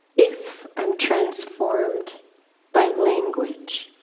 if i'm transformed by language,